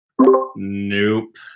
Nope